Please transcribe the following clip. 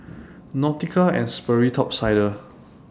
Nautica and Sperry Top Sider